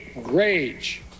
rage